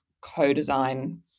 co-design